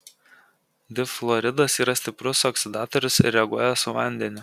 difluoridas yra stiprus oksidatorius ir reaguoja su vandeniu